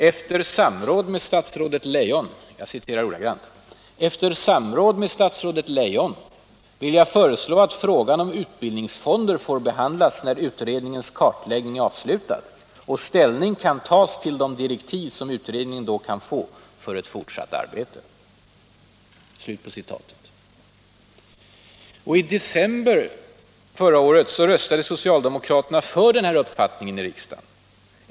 Efter samråd med statsrådet Leijon vill jag föreslå att frågan om utbildningsfonder får behandlas när utredningens kartläggning är avslutad och ställning politiken Arbetsmarknadspolitiken Om ökat ekono miskt stöd till infor kan tas till de direktiv som utredningen då kan få för ett fortsatt arbete.” I december förra året röstade socialdemokraterna för den här uppfattningen i riksdagen.